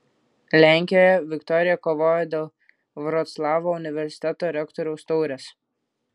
lenkijoje viktorija kovojo dėl vroclavo universiteto rektoriaus taurės